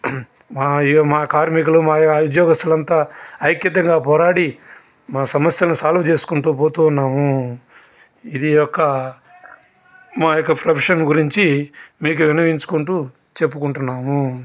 మా ఈ మా కార్మికులు మా ఉద్యోగస్థులు అంతా ఐక్యతగా పోరాడి మా సమస్యలను సాల్వ్ చేసుకుంటూ పోతూ ఉన్నాము ఇది యొక్క మా యొక్క ప్రొఫెషన్ గురించి మీకు విన్నపించుకుంటూ చెప్పుకుంటున్నాము